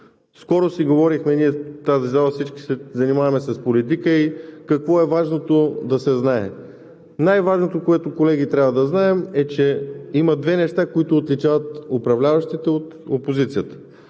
Скоро си говорихме, ние в тази зала всички се занимаваме с политика, какво е важното да се знае? Най-важното, което, колеги, трябва да знаем, е, че има две неща, които отличават управляващите от опозицията.